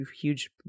huge